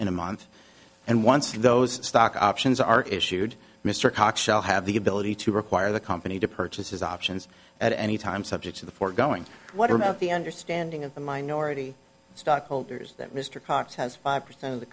in a month and once those stock options are issued mr cox shall have the ability to require the company to purchase his options at any time subject to the foregoing what about the understanding of the minority stockholders that mr cox has five percent of the